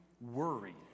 worry